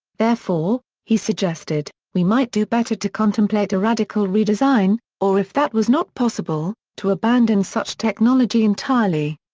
therefore, he suggested, we might do better to contemplate a radical redesign, or if that was not possible, to abandon such technology entirely.